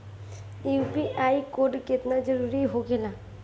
UPI code केतना जरुरी होखेला?